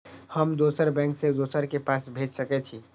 हम दोसर बैंक से दोसरा के पाय भेज सके छी?